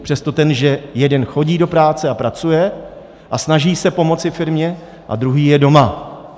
Přestože ten jeden chodí do práce a pracuje a snaží se pomoci firmě, a druhý je doma.